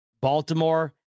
Baltimore